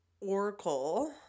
Oracle